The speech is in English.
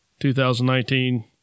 2019